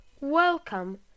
welcome